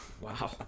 Wow